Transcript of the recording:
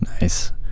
Nice